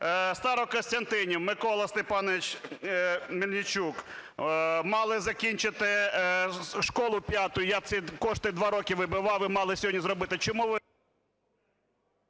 Старокостянтинів, Микола Степанович Мельничук. Мали закінчити школу 5, я ці кошти два роки вибивав, і мали сьогодні зробити. Чому ви…